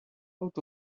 out